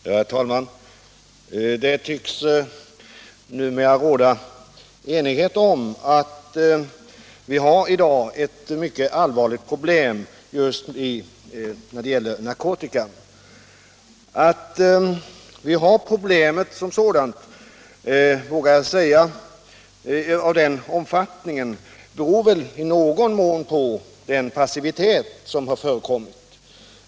Herr talman! Det tycks numera råda enighet om att vi i dag har ett mycket allvarligt problem just när det gäller narkotika. Att vi har problemet som sådant i den omfattning det nu har beror väl i någon mån på den passivitet som har förekommit.